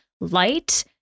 light